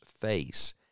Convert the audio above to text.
face